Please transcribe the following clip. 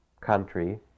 country